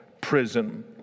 prison